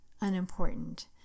unimportant